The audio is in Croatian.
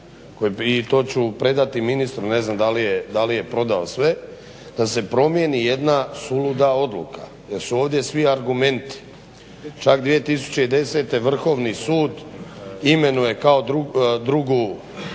i to ću predati i ministru, ne znam da li je prodao sve, da se promijeni jedna suluda odluka jer su ovdje svi argumenti. Čak 2010. Vrhovni sud imenuje kao drugi